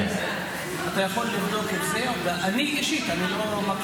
אתה יכול לבדוק את זה, אני אישית, אני לא יודע